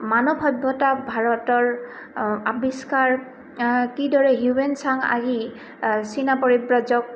মানৱ সভ্যতা ভাৰতৰ আৱিষ্কাৰ কিদৰে হিউৱেনচাং আহি চীনা পৰিব্ৰজক